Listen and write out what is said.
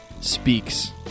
speaks